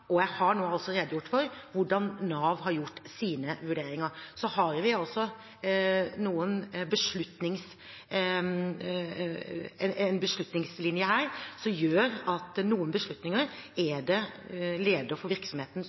Jeg har nå også redegjort for hvordan Nav har gjort sine vurderinger. Så har vi en beslutningslinje her som gjør at noen beslutninger er det leder for virksomheten